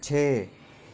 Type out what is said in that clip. छे